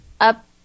up